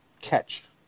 catch